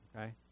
okay